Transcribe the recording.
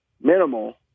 minimal